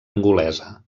angolesa